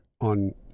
on